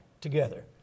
together